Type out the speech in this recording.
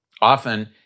Often